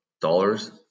dollars